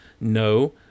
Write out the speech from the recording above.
no